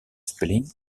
spelling